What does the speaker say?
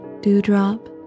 Dewdrop